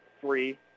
three